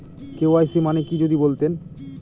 KYC মানে কি যদি বলতেন?